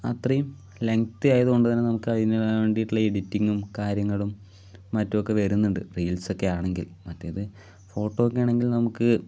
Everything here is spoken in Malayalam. അത്രയും ലെങ്ങ്ത്തി ആയത് കൊണ്ട് തന്നെ നമുക്ക് അതിന് വേണ്ടിയിട്ടുള്ള എഡിറ്റിങ്ങും കാര്യങ്ങളും മറ്റുമൊക്കെ വരുന്നുണ്ട് റീൽസൊക്കെ ആണെങ്കിൽ മറ്റേത് ഫോട്ടോ ഒക്കെ ആണെങ്കിൽ നമുക്ക്